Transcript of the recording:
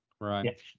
right